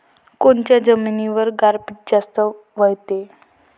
कोनच्या जमिनीवर गारपीट जास्त व्हते?